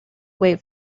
wait